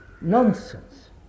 nonsense